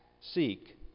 seek